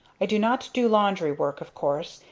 i do not do laundry work, of course,